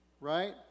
right